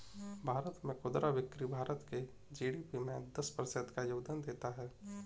भारत में खुदरा बिक्री भारत के जी.डी.पी में दस प्रतिशत का योगदान देता है